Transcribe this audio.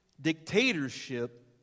dictatorship